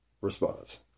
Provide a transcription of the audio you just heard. response